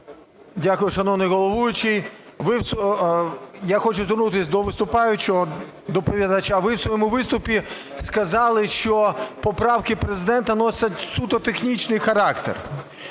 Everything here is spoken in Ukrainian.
Дякую, шановний головуючий. Я хочу звернутись до виступаючого доповідача. Ви у своєму виступі сказали, що поправки Президента носять суто технічний характер.